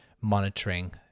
monitoring